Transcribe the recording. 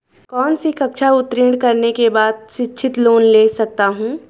कौनसी कक्षा उत्तीर्ण करने के बाद शिक्षित लोंन ले सकता हूं?